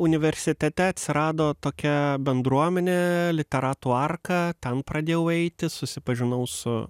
universitete atsirado tokia bendruomenė literatų arka ten pradėjau eiti susipažinau su